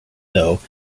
though